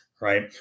right